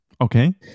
Okay